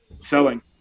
selling